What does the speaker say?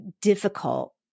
difficult